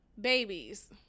babies